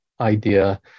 idea